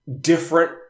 different